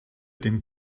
dem